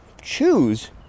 choose